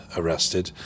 arrested